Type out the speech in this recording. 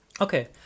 Okay